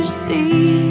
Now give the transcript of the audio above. see